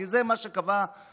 כי זה מה שקבע הדיקטטור.